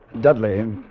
Dudley